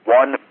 one